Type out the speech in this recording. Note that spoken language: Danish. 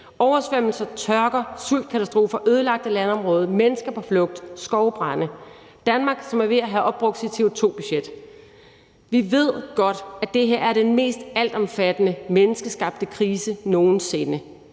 oversvømmelser, tørker, sultkatastrofer, ødelagte landområder, mennesker på flugt og skovbrande. I Danmark er vi ved at have opbrugt vores CO2-budget. Vi ved godt, at det her er den mest altomfattende menneskeskabte krise nogen sinde.